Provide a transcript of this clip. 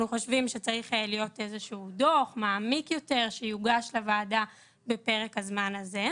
חושבים שצריך להיות איזשהו דוח מעמיק יותר שיוגש לוועדה בפרק הזמן הזה.